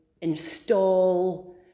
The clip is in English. install